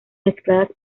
mezcladas